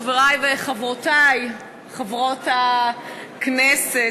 חברי וחברותי חברות הכנסת,